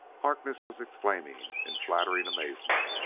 harkness was exclaiming in flattering amazement.